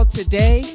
today